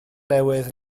newydd